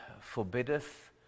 forbiddeth